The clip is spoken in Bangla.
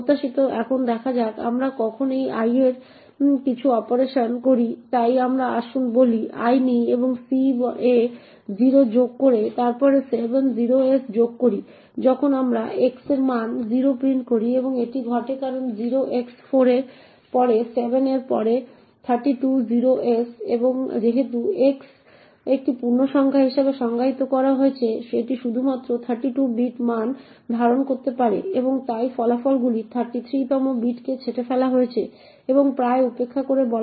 প্রত্যাশিত এখন দেখা যাক আমরা কখন এই l এ কিছু অপারেশন করি তাই আসুন বলি আমরা l নিই এবং c এ 0 যোগ করে তারপর 7 0s যোগ করি যখন আমরা x এর মান 0 প্রিন্ট করি এবং এটি ঘটে কারণ 0x4 এর পরে 7 0s প্লাস 0x7 এর পরে 7 0s এর একটি মান হবে 1 এর পরে 32 0s এবং যেহেতু x একটি পূর্ণসংখ্যা হিসাবেও সংজ্ঞায়িত করা হয়েছে এটি শুধুমাত্র 32 বিট মান ধারণ করতে পারে এবং তাই ফলাফলগুলি 33 তম বিটকে ছেঁটে ফেলা হয়েছে এবং প্রায় উপেক্ষা করা হবে এবং x পাবে 0 এর একটি মান